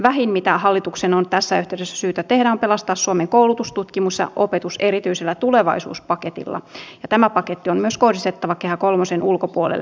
vähin mitä hallituksen on tässä yhteydessä syytä tehdä on pelastaa suomen koulutus tutkimus ja opetus erityisellä tulevaisuuspaketilla ja tämä paketti on kohdistettava myös kehä kolmosen ulkopuolelle